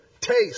taste